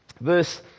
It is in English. Verse